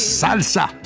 salsa